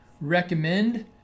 recommend